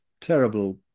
terrible